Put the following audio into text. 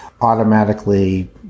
automatically